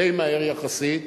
די מהר יחסית,